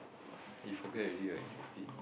you forget already right is it